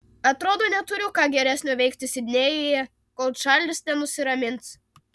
atrodo neturiu ką geresnio veikti sidnėjuje kol čarlis nenusiramins